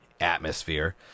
atmosphere